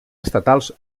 estatals